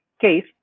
case